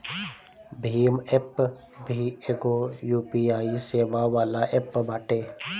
Bhim app भी एगो UPI सेवा वाला एप्प बाटे